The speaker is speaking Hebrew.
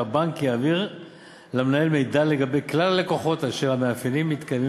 והבנק יעביר למנהל מידע לגבי כלל הלקוחות אשר המאפיינים מתקיימים